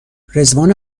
رضوان